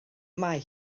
mae